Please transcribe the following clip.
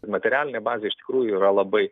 materialinė bazė iš tikrųjų yra labai